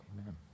Amen